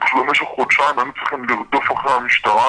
ובמשך איזה חודשיים היינו צריכים לרדוף אחרי המשטרה,